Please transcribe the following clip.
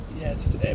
Yes